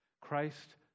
Christ